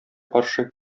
каршы